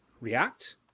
React